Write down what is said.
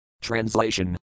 Translation